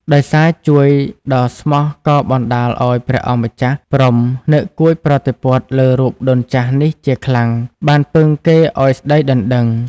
ដោយសារជួយដ៏ស្មោះក៏បណ្ដាលឲ្យព្រះអង្គម្ចាស់ព្រហ្មនឹកកួចប្រតិព័ទ្ធលើរូបដូនចាស់នេះជាខ្លាំង បានពឹងគេឲ្យស្ដីដណ្ដឹង ។